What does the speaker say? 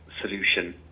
solution